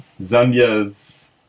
Zambia's